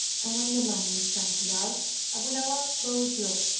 and when the money was counted out abu nowas bowed low,